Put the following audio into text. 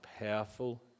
powerful